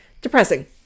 depressing